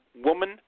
woman